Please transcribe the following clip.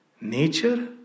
nature